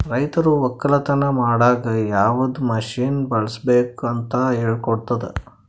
ರೈತರು ಒಕ್ಕಲತನ ಮಾಡಾಗ್ ಯವದ್ ಮಷೀನ್ ಬಳುಸ್ಬೇಕು ಅಂತ್ ಹೇಳ್ಕೊಡ್ತುದ್